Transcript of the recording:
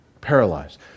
paralyzed